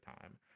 time